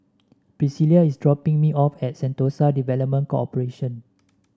Priscila is dropping me off at Sentosa Development Corporation